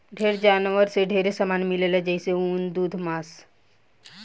ढेर जानवर से ढेरे सामान मिलेला जइसे ऊन, दूध मांस